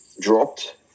dropped